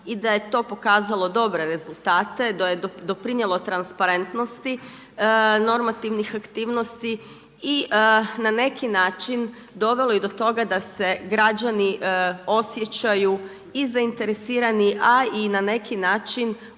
i da je to pokazalo dobre rezultate, da je doprinijelo transparentnosti normativnih aktivnosti i na neki način dovelo i do toga da se građani osjećaju i zainteresirani a i na neki način